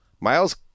miles